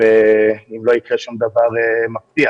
אם לא יקרה שום דבר מפתיע,